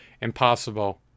impossible